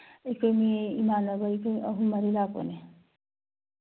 ꯑꯩꯈꯣꯏ ꯃꯤ ꯏꯃꯥꯟꯅꯕ ꯑꯩꯈꯣꯏ ꯑꯍꯨꯝ ꯃꯔꯤ ꯂꯥꯛꯄꯅꯦ